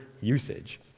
usage